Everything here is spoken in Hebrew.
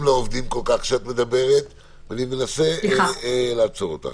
לא עובדים כשאת מדברת ואני מנסה לעצור אותך.